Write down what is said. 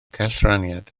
cellraniad